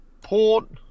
Port